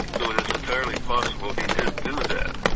so it is entirely possible he did do that.